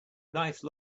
nice